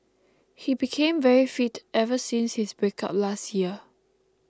he became very fit ever since his breakup last year